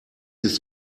ist